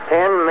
Ten